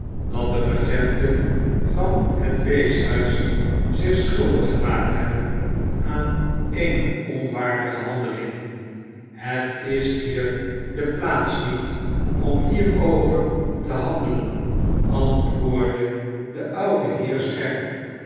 dat de regenten van het weeshuis zich schuldig gemaakt hebben aan eene onwaardige handeling het is hier de plaats niet om hierover te handelen antwoordde de oude heer scherp